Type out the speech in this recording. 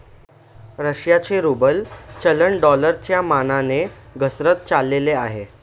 रशियाचे रूबल चलन डॉलरच्या मानाने घसरत चालले आहे